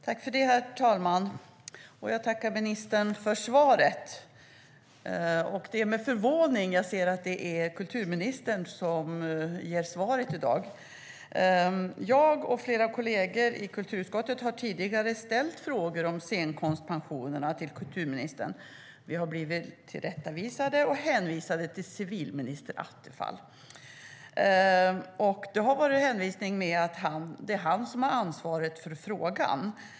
Herr talman! Jag tackar ministern för svaret. Det är med förvåning jag ser att det är kulturministern som ger svaret i dag. Jag och flera kolleger i kulturutskottet har tidigare ställt frågor om scenkonstpensionerna till kulturministern. Vi har då blivit tillrättavisade och hänvisade till civilminister Attefall med motiveringen att det är han som har ansvaret för frågan.